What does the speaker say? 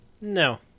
No